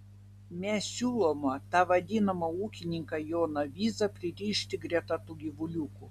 mes siūlome tą vadinamą ūkininką joną vyzą pririšti greta tų gyvuliukų